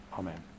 Amen